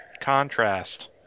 contrast